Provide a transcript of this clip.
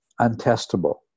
untestable